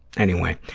anyway,